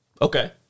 okay